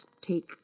take